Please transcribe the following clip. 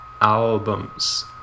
albums